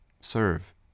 Serve